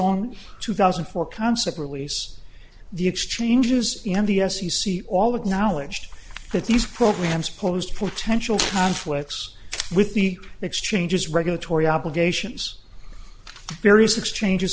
own two thousand and four concept release the exchanges and the f c c all acknowledged that these programs posed potential conflicts with the exchanges regulatory obligations various exchanges